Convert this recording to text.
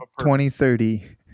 2030